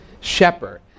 shepherd